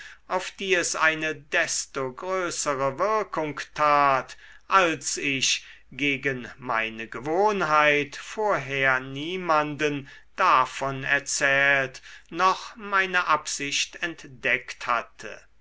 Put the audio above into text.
auf die es eine desto größere wirkung tat als ich gegen meine gewohnheit vorher niemanden davon erzählt noch meine absicht entdeckt hatte